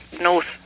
north